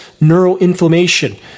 neuroinflammation